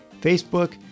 Facebook